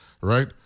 right